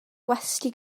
gwesty